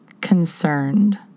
concerned